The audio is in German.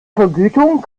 vergütung